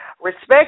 respect